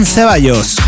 Ceballos